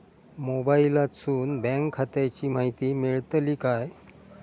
मोबाईलातसून बँक खात्याची माहिती मेळतली काय?